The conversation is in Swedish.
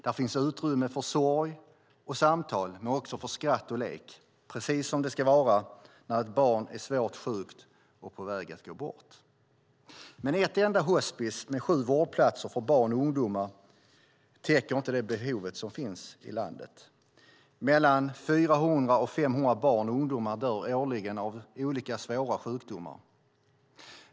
Där finns utrymme för sorg och samtal men också för skratt och lek, precis som det ska vara när ett barn är svårt sjukt och på väg att gå bort. Ett enda hospis med sju vårdplatser för barn och ungdomar täcker inte det behov som finns i landet. Mellan 400 och 500 barn och ungdomar dör årligen av olika svåra sjukdomar.